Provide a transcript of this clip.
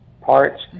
parts